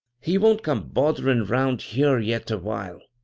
he won't come botherin' round here yet awhile.